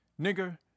Nigger